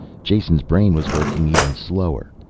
jason's brain was working even slower.